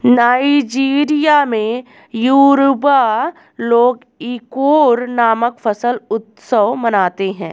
Nigeria में Yoruba लोग Ikore नामक फसल उत्सव मनाते हैं